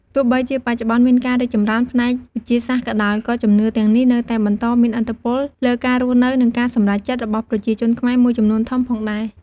ទោះបីជាបច្ចុប្បន្នមានការរីកចម្រើនផ្នែកវិទ្យាសាស្ត្រក៏ដោយ ក៏ជំនឿទាំងនេះនៅតែបន្តមានឥទ្ធិពលលើការរស់នៅ និងការសម្រេចចិត្តរបស់ប្រជាជនខ្មែរមួយចំនួនធំផងដែរ។